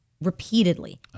repeatedly